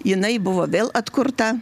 jinai buvo vėl atkurta